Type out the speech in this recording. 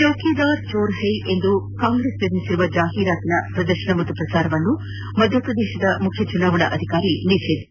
ಚೌಕಿದಾರ್ ಚೋರ್ ಹೈ ಎಂದು ಕಾಂಗ್ರೆಸ್ ನಿರ್ಮಿಸಿರುವ ಚಾಹಿರಾತಿನ ಶ್ರದರ್ಶನ ಹಾಗೂ ಶ್ರಸಾರವನ್ನು ಮಧ್ಯಪ್ರದೇಶದ ಮುಖ್ಯ ಚುನಾವಣಾಧಿಕಾರಿ ನಿಷೇಧಿಸಿದ್ದಾರೆ